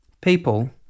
People